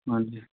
ਹਾਂਜੀ